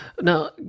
Now